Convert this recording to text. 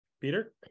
Peter